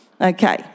Okay